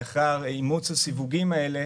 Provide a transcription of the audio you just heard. לאחר אימוץ הסיווגים האלה,